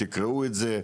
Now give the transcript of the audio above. תקראו את זה.